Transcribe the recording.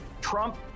Trump